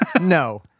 no